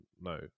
No